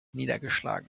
niedergeschlagen